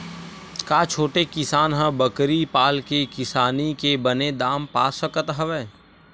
का छोटे किसान ह बकरी पाल के किसानी के बने दाम पा सकत हवय?